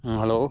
ᱦᱮᱸ ᱦᱮᱞᱳ